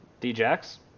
D-Jacks